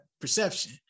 perception